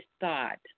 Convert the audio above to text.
thought